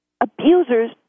Abusers